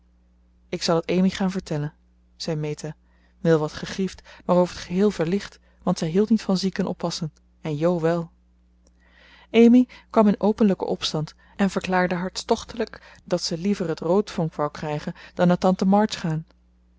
ik zal het amy gaan vertellen zei meta wel wat gegriefd maar over t geheel verlicht want zij hield niet van ziekenoppassen en jo wel amy kwam in openlijken opstand en verklaarde hartstochtelijk dat ze liever het roodvonk wou krijgen dan naar tante march gaan